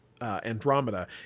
Andromeda